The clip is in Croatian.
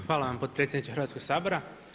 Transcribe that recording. Hvala vam potpredsjedniče Hrvatskog sabora.